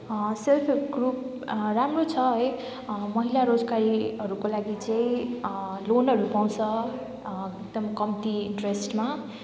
self help group राम्रो छ है महिला रोजगारीहरूको लागि चाहिँ लोनहरू पाउँछ एकदम कम्ती इन्ट्रेस्टमा